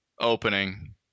opening